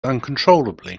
uncontrollably